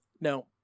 Now